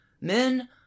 Men